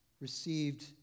received